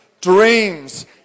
dreams